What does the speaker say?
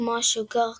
כמו ה"שוגר קוויל"